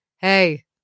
hey